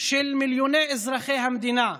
של מיליוני אזרחי המדינה,